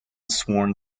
sworn